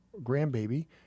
grandbaby